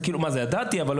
אלו עוד הקלות?